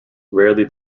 rarely